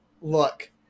look